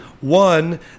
One